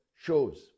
shows